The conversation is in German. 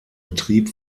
betrieb